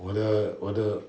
我的我的